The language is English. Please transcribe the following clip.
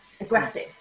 aggressive